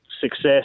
success